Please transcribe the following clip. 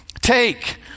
take